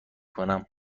کنم